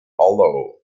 hollow